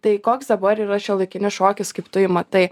tai koks dabar yra šiuolaikinis šokis kaip tu jį matai